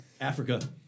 Africa